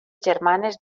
germanes